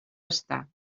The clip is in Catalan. estar